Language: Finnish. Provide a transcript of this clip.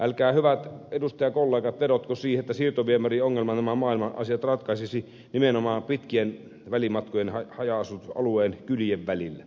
älkää hyvät edustajakollegat vedotko siihen että siirtoviemäri nämä maailman asiat ratkaisisi nimenomaan pitkien välimatkojen haja asutusalueen kylien välillä